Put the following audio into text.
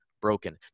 broken